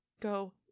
go